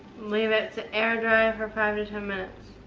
leave it to air dry for five to ten minutes.